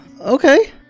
Okay